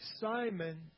Simon